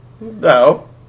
No